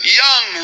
young